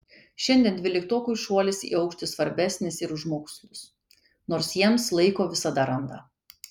šiandien dvyliktokui šuolis į aukštį svarbesnis ir už mokslus nors jiems laiko visada randa